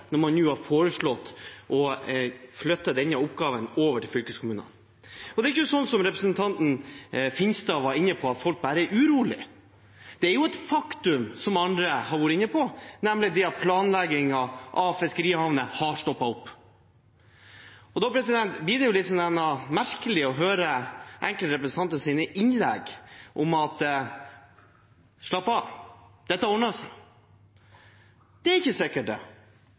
når man nå har foreslått å flytte denne oppgaven over til fylkeskommunene. Det er ikke slik som representanten Finstad var inne på, at folk bare er urolige. Det er et faktum, som andre har vært inne på, at planleggingen av fiskerihavner har stoppet opp. Da blir det litt merkelig å høre enkelte representanters innlegg om at det bare er å slappe av, dette ordner seg. Det er ikke sikkert.